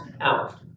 out